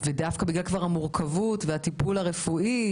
דווקא בגלל המורכבות והטיפול הרפואי,